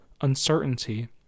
uncertainty